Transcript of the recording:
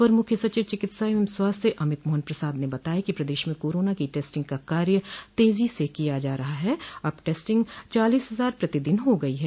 अपर मुख्य सचिव चिकित्सा एवं स्वास्थ्य अमित मोहन प्रसाद ने बताया कि प्रदेश में कोरोना की टेस्टिंग का कार्य तेजी से किया जा रहा है अब टेस्टिंग चालीस हजार प्रतिदिन हो गई है